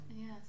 Yes